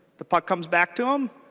the puck comes back to them.